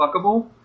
fuckable